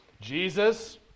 Jesus